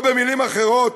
או במילים אחרות: